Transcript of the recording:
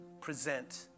present